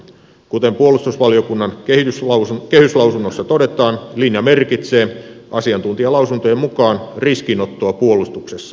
kuten puolustusvaliokunnan kehyslausunnossa todetaan linja merkitsee asiantuntijalausuntojen mukaan riskinottoa puolustuksessa